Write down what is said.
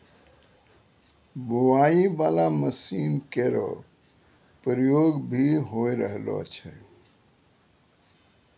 बोआई बाला मसीन केरो प्रयोग भी होय रहलो छै